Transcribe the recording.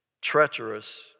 treacherous